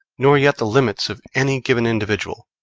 nor yet the limits of any given individual.